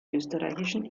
österreichischen